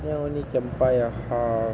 then only can buy a house